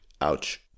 Ouch